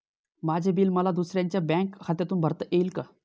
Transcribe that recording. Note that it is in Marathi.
माझे बिल मला दुसऱ्यांच्या बँक खात्यातून भरता येईल का?